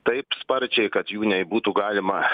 taip sparčiai kad jų nei būtų galima